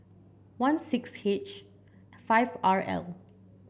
one six H five R L